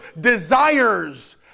desires